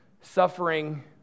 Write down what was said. Suffering